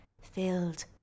filled